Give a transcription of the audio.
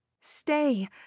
Stay